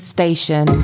Station